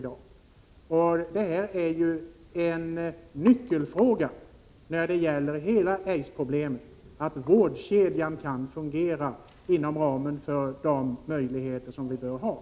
Det är en nyckelfråga i hela aidsproblematiken att vårdkedjan kan fungera inom ramen för de möjligheter som vi nu har.